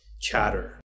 chatter